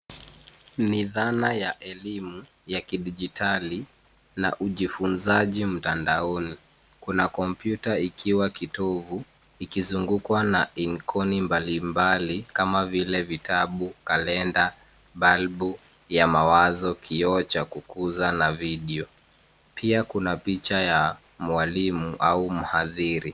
Ni dhana ya elimu ya kidijitali na ujiunzaji mtandaoni. Kuna kompyuta ikiwa kitovu ikizungukwa na inkoni mbalimbali kama vile vitabu, kalenda, balbu ya mawazo, kioo cha kukuza na video pia kuna picha ya mwalimu au mhadhiri.